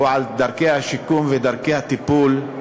הוא על דרכי השיקום ודרכי הטיפול.